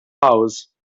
house